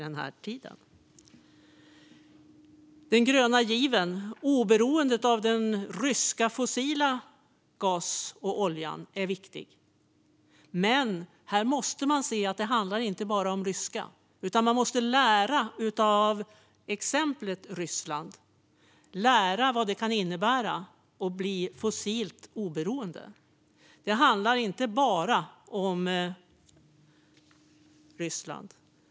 Den gröna given är viktig. Det gäller även oberoendet av den ryska fossila gasen och oljan, men inte bara den ryska. Man måste lära av exemplet Ryssland och lära vad det kan innebära att bli fossilt oberoende, men det handlar inte bara om Ryssland.